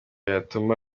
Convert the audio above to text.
yatuma